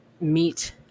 meet